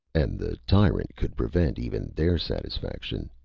and the tyrant could prevent even their satisfaction!